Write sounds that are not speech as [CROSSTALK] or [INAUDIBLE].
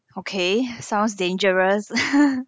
okay sounds dangerous [LAUGHS]